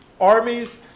armies